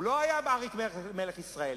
הוא לא היה אריק מלך ישראל,